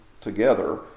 together